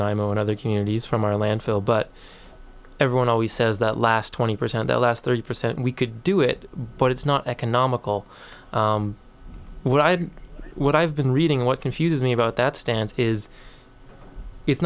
in other communities from our landfill but everyone always says that last twenty percent the last thirty percent we could do it but it's not economical when i have what i've been reading what confuses me about that stance is it's